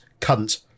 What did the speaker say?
cunt